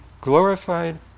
glorified